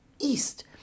east